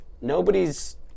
Nobody's